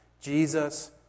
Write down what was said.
Jesus